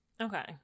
Okay